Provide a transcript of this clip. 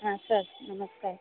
हाँ सर नमस्कार